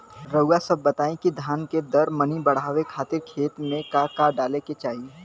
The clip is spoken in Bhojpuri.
रउआ सभ बताई कि धान के दर मनी बड़ावे खातिर खेत में का का डाले के चाही?